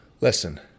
Listen